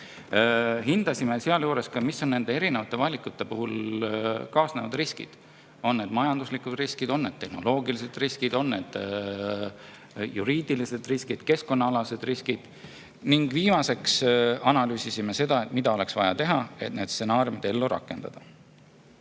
Hindasime sealjuures, mis on erinevate valikutega kaasnevad riskid. On need majanduslikud riskid, on need tehnoloogilised riskid, on need juriidilised riskid või keskkonnariskid? Viimaseks analüüsisime seda, mida oleks vaja teha, et need stsenaariumid ellu rakendada. Nüüd